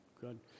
good